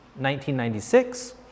1996